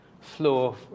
flow